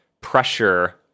pressure